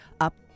up